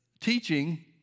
teaching